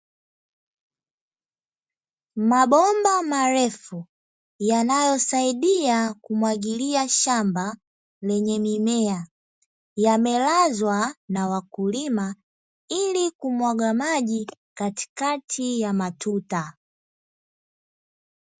Mabomba marefu yanayosaidia kumwagilia shamba lenye mimea, yamelazwa na wakulima, ili kumwaga maji katikati ya matuta.